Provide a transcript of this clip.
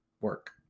work